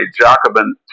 Jacobin